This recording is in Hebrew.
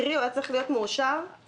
קרי: הוא היה צריך להיות מאושר בתחילת השנה.